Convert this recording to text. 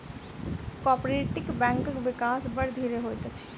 cooperative बैंकक विकास बड़ धीरे होइत अछि